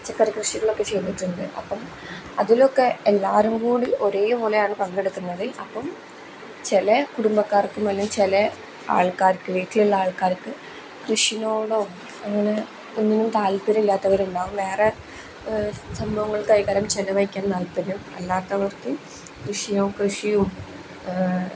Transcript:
പച്ചക്കറി കൃഷികളൊക്കെ ചെയ്തിട്ടുണ്ട് അപ്പം അതിലൊക്കെ എല്ലാവരും കൂടി ഒരേ പോലെയാണ് പങ്കെടുക്കുന്നത് അപ്പം ചെല കുടുംബക്കാർക്കും അല്ലെങ്കിൽ ചില ആൾക്കാർക്ക് വീട്ടിലുള്ള ആൾക്കാർക്ക് കൃഷിനോടോ അങ്ങനെ ഒന്നും താല്പര്യം ഇല്ലാത്തവരുണ്ടാകും വേറെ സംഭവങ്ങൾ കൈകാര്യം ചെലവഴിക്കാൻ താല്പര്യം അല്ലാത്തവർക്ക് കൃഷിയോ കൃഷിയും